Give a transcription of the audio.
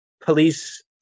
police